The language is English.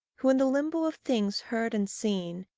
who, in the limbo of things heard and seen,